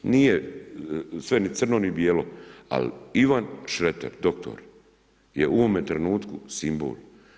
Nije sve ni crno ni bijelo, ali Ivan Šreter, doktor, je u ovome trenutku simbol.